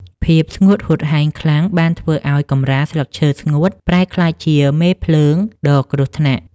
ភាពស្ងួតហួតហែងខ្លាំងបានធ្វើឱ្យកម្រាលស្លឹកឈើស្ងួតប្រែក្លាយជាមេភ្លើងដ៏គ្រោះថ្នាក់។